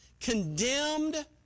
condemned